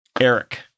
Eric